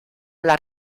las